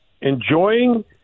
Enjoying